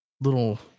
little